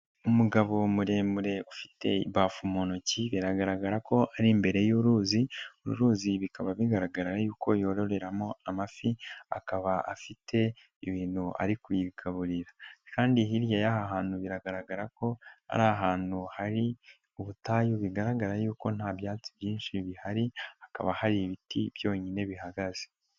Umugabo muremure ufite imbafu mu ntoki biragaragara ko ari imbere y'uruzi uru ruzi bikaba bigaragara yuko yororeramo amafi, akaba afite ibintu ari kuyigaburira, kandi hirya y'aha hantu biragaragara ko ari ahantu hari ubutayu bigaragara yuko nta byatsi byinshi bihari hakaba hari ibiti byonyine bihagaze.